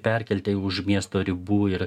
perkelti už miesto ribų ir